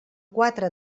quatre